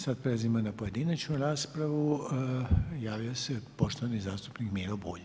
Sad prelazimo na pojedinačnu raspravu, javio se poštovani zastupnik Miro Bulj.